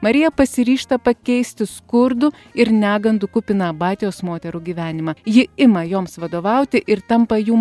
marija pasiryžta pakeisti skurdų ir negandų kupiną abatijos moterų gyvenimą ji ima joms vadovauti ir tampa jų